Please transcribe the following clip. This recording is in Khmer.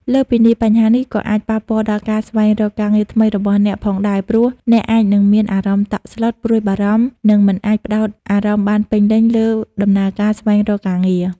លើសពីនេះ បញ្ហានេះក៏អាច ប៉ះពាល់ដល់ការស្វែងរកការងារថ្មី របស់អ្នកផងដែរ ព្រោះអ្នកអាចនឹងមានអារម្មណ៍តក់ស្លុត ព្រួយបារម្ភ និងមិនអាចផ្ដោតអារម្មណ៍បានពេញលេញលើដំណើរការស្វែងរកការងារ។